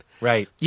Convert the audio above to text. Right